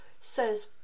says